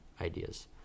ideas